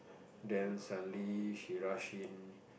then suddenly she rush in